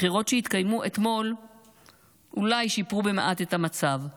הבחירות שהתקיימו אתמול אולי שיפרו מעט את המצב,